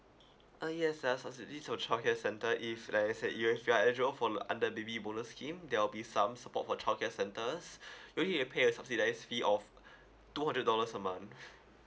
uh yes uh subsidy for childcare centre if let's say you're if you're eligible for under baby bonus scheme there will be some support for childcare centres you only get paid a subsidise fee of two hundred dollars a month